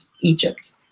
Egypt